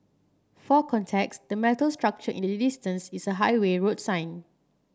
for context the metal structure in the distance is a highway road sign